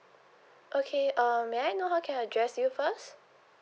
okay um may I know how can I address you first